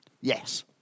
Yes